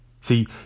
See